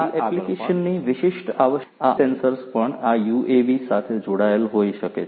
આ એપ્લિકેશનની વિશિષ્ટ આવશ્યકતાઓને આધારે અન્ય ઘણા સેન્સર છે આ અન્ય સેન્સર્સ પણ આ યુએવી સાથે જોડાયેલ હોઈ શકે છે